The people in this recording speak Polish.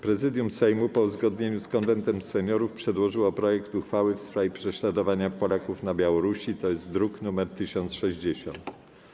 Prezydium Sejmu, w uzgodnieniu z Konwentem Seniorów, przedłożyło projekt uchwały w sprawie prześladowania Polaków na Białorusi, druk nr 1060.